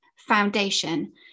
foundation